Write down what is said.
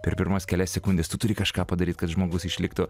per pirmas kelias sekundes tu turi kažką padaryt kad žmogus išliktų